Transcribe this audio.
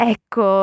Ecco